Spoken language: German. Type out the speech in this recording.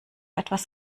etwas